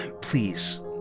please